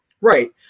Right